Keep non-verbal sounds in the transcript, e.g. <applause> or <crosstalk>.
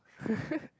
<laughs>